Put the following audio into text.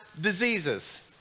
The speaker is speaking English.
diseases